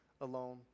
alone